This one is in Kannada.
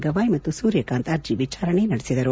ಗವಾಯ್ ಮತ್ತು ಸೂರ್ಯಕಾಂತ್ ಅರ್ಜಿ ವಿಚಾರಣೆ ನಡೆಸಿದರು